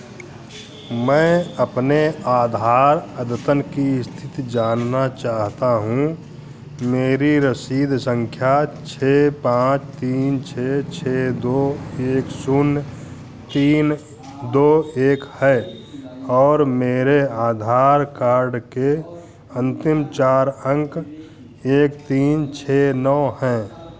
मैं अपने आधार अद्यतन की स्थिति जानना चाहता हूँ मेरी रसीद संख्या छः पाँच तीन छः छः दो एक शून्य तीन दो एक है और मेरे आधार कार्ड के अंतिम चार अंक एक तीन छः नौ हैं